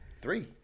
Three